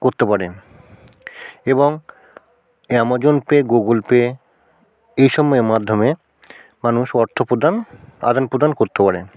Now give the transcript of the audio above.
করতে পারেন এবং অ্যামাজন পে গুগুল পে এই সম্ময়ের মাধ্যমে মানুষ অর্থপ্রদান আদান প্রদান করতে পারেন